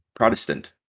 protestant